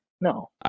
No